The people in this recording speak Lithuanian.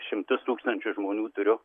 šimtus tūkstančių žmonių turiu